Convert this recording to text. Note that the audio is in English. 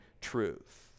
truth